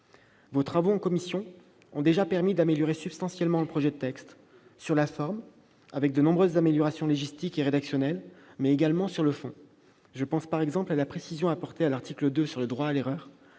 Vos travaux en commission ont déjà permis d'améliorer substantiellement le projet de texte, sur la forme, avec de nombreuses améliorations légistiques et rédactionnelles, mais également sur le fond. Je pense, par exemple, à la précision apportée à l'article 2 sur le droit à l'erreur